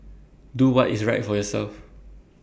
do what is right for yourself